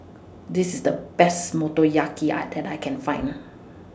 This IS The Best Motoyaki I that I Can Find